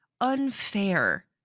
unfair